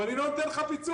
ואני לא נותן לך פיצוי.